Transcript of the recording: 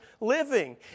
living